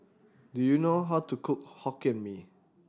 do you know how to cook Hokkien Mee